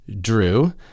Drew